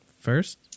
first